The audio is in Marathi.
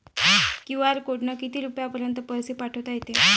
क्यू.आर कोडनं किती रुपयापर्यंत पैसे पाठोता येते?